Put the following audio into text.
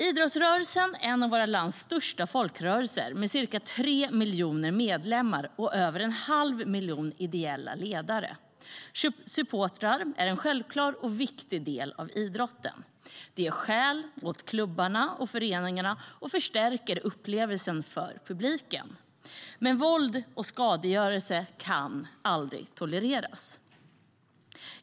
Idrottsrörelsen är en av vårt lands största folkrörelser, med cirka tre miljoner medlemmar och över en halv miljon ideella ledare. Supportrar är en självklar och viktig del av idrotten. De ger själ åt klubbarna och föreningarna och förstärker upplevelsen för publiken. Men våld och skadegörelse kan aldrig tolereras.